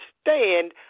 stand